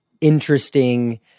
interesting